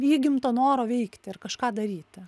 įgimto noro veikti ir kažką daryti